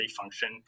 function